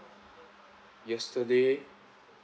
yesterday